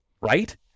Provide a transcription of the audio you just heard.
right